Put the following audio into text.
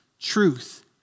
Truth